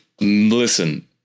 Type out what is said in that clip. Listen